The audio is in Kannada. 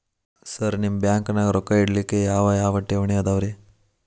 ಸರ್ ನಿಮ್ಮ ಬ್ಯಾಂಕನಾಗ ರೊಕ್ಕ ಇಡಲಿಕ್ಕೆ ಯಾವ್ ಯಾವ್ ಠೇವಣಿ ಅವ ರಿ?